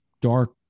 dark